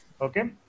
Okay